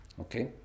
Okay